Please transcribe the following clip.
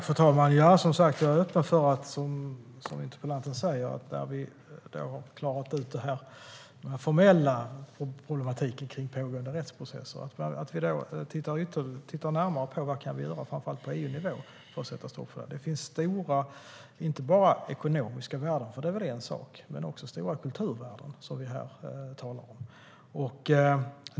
Fru talman! Jag är som sagt öppen för att, när vi har klarat ut den formella problematiken med pågående rättsprocesser, titta närmare på vad vi kan göra, framför allt på EU-nivå, för att sätta stopp för det här. Vi talar inte bara om stora ekonomiska värden - det är väl en sak - utan också om stora kulturvärden.